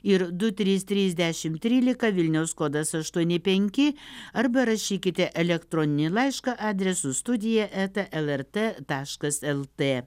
ir du trys trys dešim trylika vilniaus kodas aštuoni penki arba rašykite elektroninį laišką adresu studija eta lrt taškas lt